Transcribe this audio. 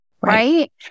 right